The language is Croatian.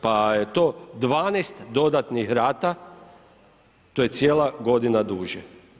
Pa je to 12 dodatnih rata, to je cijela godina duže.